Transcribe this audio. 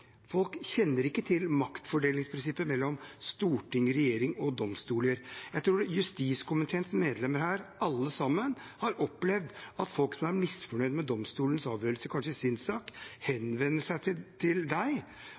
Folk vet ikke dette. Folk kjenner ikke til maktfordelingsprinsippet mellom storting, regjering og domstoler. Jeg tror alle justiskomiteens medlemmer har opplevd at folk som er misfornøyd med domstolenes avgjørelse i en sak, henvender seg til